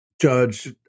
judge